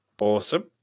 Awesome